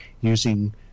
using